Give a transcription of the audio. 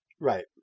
Right